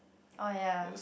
oh ya